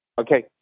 Okay